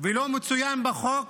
ולא מצוין בחוק